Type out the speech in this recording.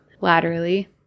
laterally